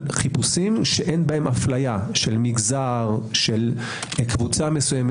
שאין בהם אפליה של מגזר, של קבוצה מסוימת.